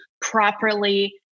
properly